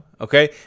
Okay